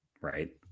right